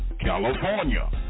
California